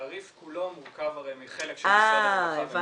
התעריף כולו מורכב הרי מחלק של משרד הרווחה -- הבנתי.